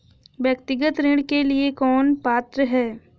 व्यक्तिगत ऋण के लिए कौन पात्र है?